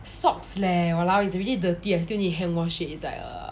socks leh !walao! it's really dirty I still need to hand wash it's like err